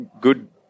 good